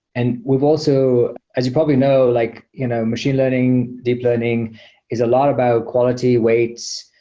and we've also as you probably know, like you know machine learning, deep learning is a lot about quality weights.